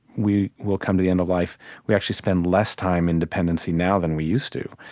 we will come to the end of life we actually spend less time in dependency now than we used to,